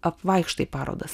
apvaikštai parodas